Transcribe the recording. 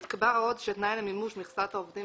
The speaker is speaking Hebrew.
נקבע עוד שתנאי למימוש מכסת העובדים